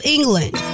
England